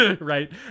Right